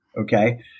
okay